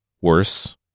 Worse